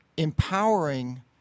empowering